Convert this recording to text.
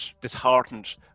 disheartened